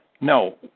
No